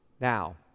Now